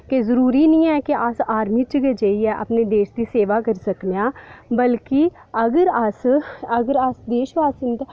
ते जरूरी नेई ऐ कि अस आर्मी च गै जाइयै गै देश दी सेवा करी सकनेआं बल्कि अगर अस